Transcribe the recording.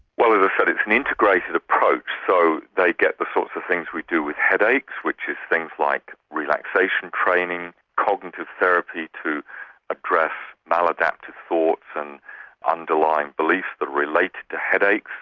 well as i said it's an integrated approach so they get the sorts of things we do with headaches which is things like relaxation training, cognitive therapy to address maladaptive thoughts and underlying beliefs that relate to headaches.